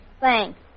Thanks